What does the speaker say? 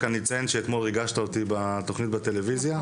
רק אני אציין שאתמול ריגשת אותי בתכנית בטלוויזיה,